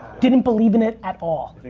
didn't believe in it at all.